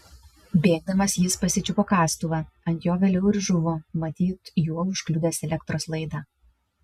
bėgdamas jis pasičiupo kastuvą ant jo vėliau ir žuvo matyt juo užkliudęs elektros laidą